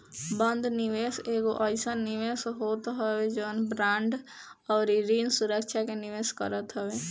बंध निवेश एगो अइसन निवेश होत हवे जवन बांड अउरी ऋण सुरक्षा में निवेश करत हवे